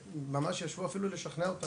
שממש ישבו אפילו לשכנע אותה,